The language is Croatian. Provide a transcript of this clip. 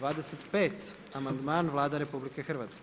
25. amandman Vlade RH.